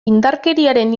indarkeriaren